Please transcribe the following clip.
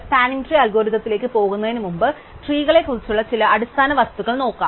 spanning tree അൽഗോരിതത്തി ലേക്ക് പോകുന്നതിന് മുമ്പ് ട്രീ കളെക്കുറിച്ചുള്ള ചില അടിസ്ഥാന വസ്തുതകൾ നോക്കാം